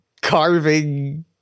carving